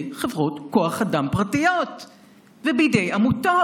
חברות כוח אדם פרטיות ובידי עמותות,